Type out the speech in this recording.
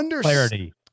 clarity